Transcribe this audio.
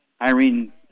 Irene